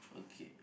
okay